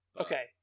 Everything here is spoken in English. Okay